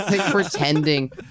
pretending